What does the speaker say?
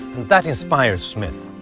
that inspires smith.